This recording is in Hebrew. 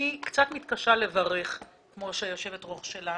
אני קצת מתקשה לברך כמו היושבת-ראש שלנו,